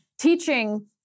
teaching